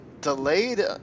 delayed